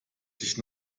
sich